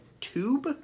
tube